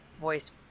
voice